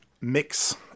mix